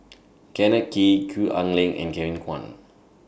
Kenneth Kee Gwee Ah Leng and Kevin Kwan